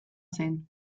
zen